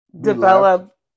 develop